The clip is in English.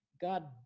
God